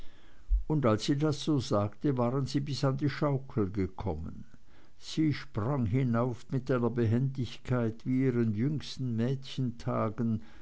und als sie das so sagte waren sie bis an die schaukel gekommen sie sprang hinauf mit einer behendigkeit wie in ihren jüngsten